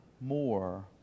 more